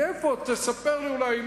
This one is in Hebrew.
תספר אולי,